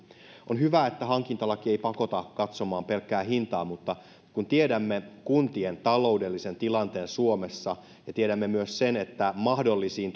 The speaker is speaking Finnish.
on hyvä että hankintalaki ei pakota katsomaan pelkkää hintaa mutta kun tiedämme kuntien taloudellisen tilanteen suomessa ja tiedämme myös sen että mahdollisiin